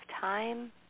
time